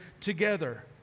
together